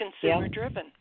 consumer-driven